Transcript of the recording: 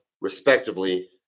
respectively